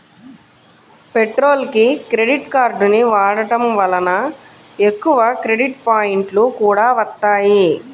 పెట్రోల్కి క్రెడిట్ కార్డుని వాడటం వలన ఎక్కువ క్రెడిట్ పాయింట్లు కూడా వత్తాయి